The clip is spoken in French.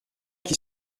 qui